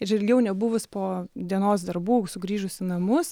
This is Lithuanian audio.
ir ilgiau nebuvus po dienos darbų sugrįžus į namus